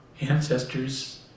ancestors